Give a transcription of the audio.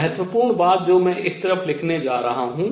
महत्वपूर्ण बात जो मैं इस तरफ लिखने जा रहा हूँ